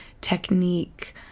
technique